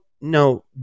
no